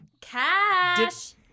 Cash